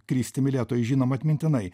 kristi mylėtojai žinom atmintinai